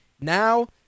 Now